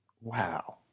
Wow